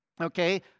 Okay